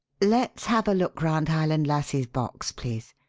let's have a look round highland lassie's box, please.